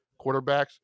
quarterbacks